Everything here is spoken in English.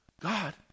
God